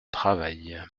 travaille